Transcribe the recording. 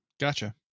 Gotcha